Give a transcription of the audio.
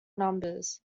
numbers